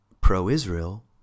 pro-Israel